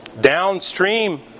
downstream